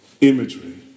imagery